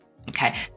okay